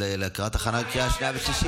לקראת הכנה לקריאה שנייה ושלישית.